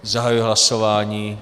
Zahajuji hlasování.